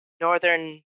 northern